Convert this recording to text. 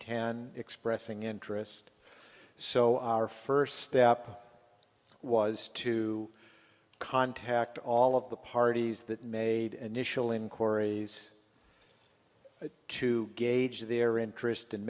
ten expressing interest so our first step was to contact all of the parties that made initial inquiries to gauge their interest and